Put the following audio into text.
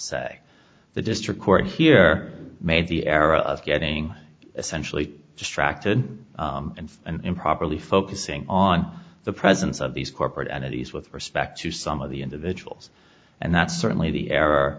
say the district court here made the error of getting essentially distracted and improperly focusing on the presence of these corporate entities with respect to some of the individuals and that's certainly the er